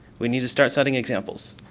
we need to start setting examples,